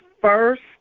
first